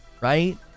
Right